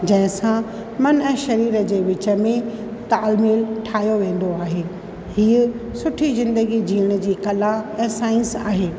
जंहिं सां मनु ऐं शरीर जे विच में तालु मेलु ठाहियो वेंदो आहे हीउ सुठी ज़िंदगी जीअण जी कला ऐं साईंस आहे